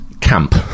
camp